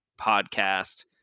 podcast